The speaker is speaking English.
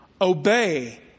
Obey